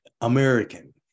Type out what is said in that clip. American